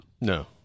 No